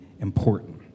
important